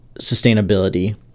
sustainability